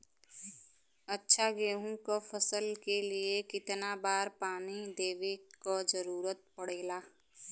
अच्छा गेहूँ क फसल के लिए कितना बार पानी देवे क जरूरत पड़ेला?